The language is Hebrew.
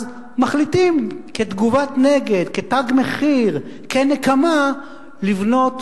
אז מחליטים כתגובת נגד, כתג מחיר, כנקמה, לבנות